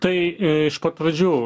tai iš pat pradžių